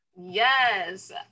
Yes